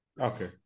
Okay